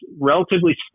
relatively